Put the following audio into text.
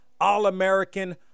All-American